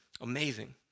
Amazing